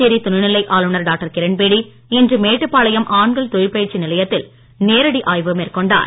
புதுச்சேரி துணை நிலை ஆளுநர் டாக்டர் கிரண்பேடி தின்று மேட்டுப்பாளையம் ஆண்கள் தொழிற்பயிற்சி நிலையத்தில் நேரடி ஆய்வு மேற்கொண்டார்